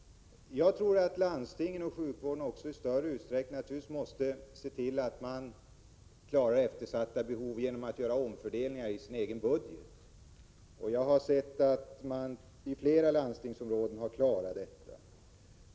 Jag tror att man inom landstingen i större utsträckning måste försöka tillgodose eftersatta behov inom sjukvården genom att göra omfördelningar i sin egen budget. Jag har sett att man inom flera landstingsområden har klarat detta.